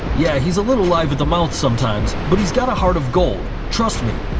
yeah, he's a little live at the mouth sometimes but he's got a heart of gold, trust me.